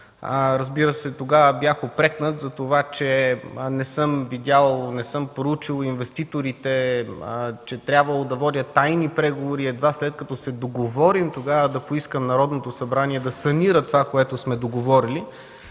Разбира се, тогава бях упрекнат, че не съм видял, не съм проучил инвеститорите, че трябвало да водя тайни преговори и едва след като се договорим, тогава да поискам Народното събрание да санира това, което сме договорили.